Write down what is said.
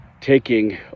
taking